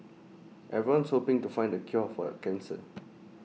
everyone's hoping to find the cure for cancer